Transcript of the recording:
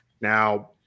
Now